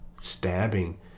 stabbing